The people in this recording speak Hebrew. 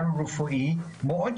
סיטואציה אחת,